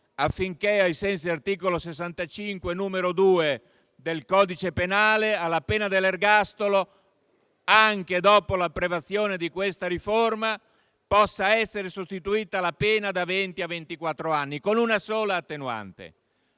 affinché, ai sensi articolo 65, numero 2), del codice penale, alla pena dell'ergastolo, anche dopo l'approvazione di questa riforma, possa essere sostituita la pena da venti a ventiquattro anni; questo, con una sola attenuante.